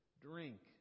drink